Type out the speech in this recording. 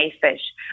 fish